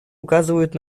указывают